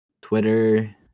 Twitter